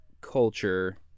culture